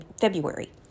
February